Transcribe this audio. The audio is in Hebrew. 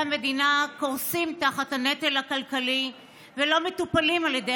המדינה קורסים תחת הנטל הכלכלי ולא מטופלים על ידי